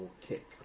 kick